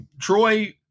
Troy